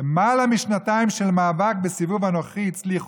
למעלה משנתיים של מאבק בסיבוב הנוכחי הצליחו".